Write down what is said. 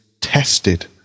tested